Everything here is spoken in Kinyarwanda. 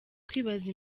kwibaza